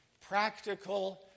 practical